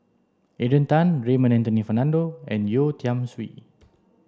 Adrian Tan Raymond Anthony Fernando and Yeo Tiam Siew